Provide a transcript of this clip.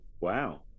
Wow